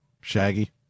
Shaggy